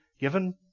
given